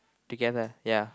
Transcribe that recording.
together ya